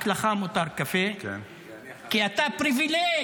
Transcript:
רק לך מותר קפה, כי אתה פריבילג.